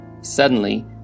Suddenly